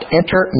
enter